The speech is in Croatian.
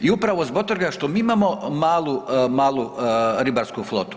I upravo zbog toga što mi imamo malu ribarsku flotu.